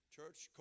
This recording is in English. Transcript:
Church